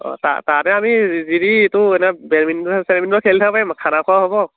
অঁ তাতে আমি যদি এইটো এনে বেডমিণ্টন চেডমিণ্টন খেলি থাকিব পাৰিম খানা খোৱাও হ'ব